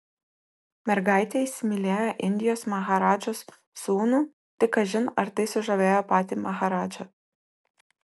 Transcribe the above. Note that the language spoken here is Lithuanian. mergaitė įsimylėjo indijos maharadžos sūnų tik kažin ar tai sužavėjo patį maharadžą